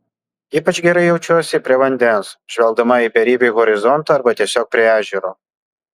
ypač gerai jaučiuosi prie vandens žvelgdama į beribį horizontą arba tiesiog prie ežero